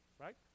right